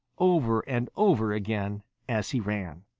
over and over again as he ran.